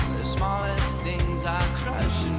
the smallest things are